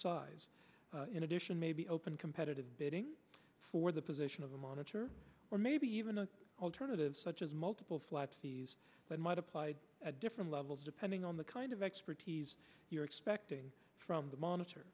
size in addition maybe open competitive bidding for the position of the monitor or maybe even an alternative such as multiple flat fees but might apply at different levels depending on the kind of expertise you're expecting from the monitor